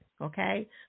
Okay